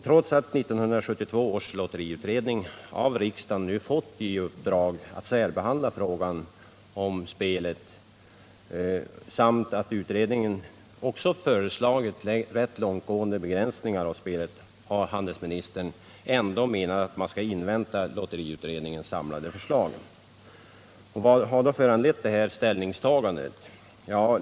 Trots att 1972 års lotteriutredning av riksdagen fått i uppdrag att särbehandla frågan om sådant spel samt att utredningen också föreslagit rätt långtgående begränsningar av spelet har handelsministern menat att lotteriutredningens samlade förslag bör inväntas. Vad har då föranlett vårt ställningstagande?